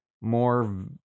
more